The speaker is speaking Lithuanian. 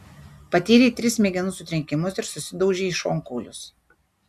patyrei tris smegenų sutrenkimus ir susidaužei šonkaulius